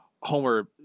Homer